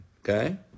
okay